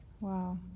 Wow